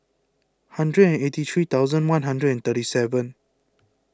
hundred and eighty three thousand one hundred and thirty seven